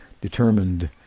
determined